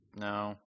No